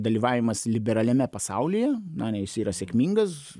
dalyvavimas liberaliame pasaulyje na jis yra sėkmingas